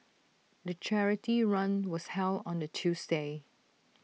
the charity run was held on A Tuesday